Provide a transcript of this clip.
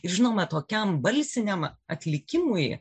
žinoma tokiam balsiniam atlikimui